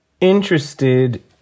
interested